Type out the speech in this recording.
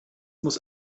muss